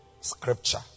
scripture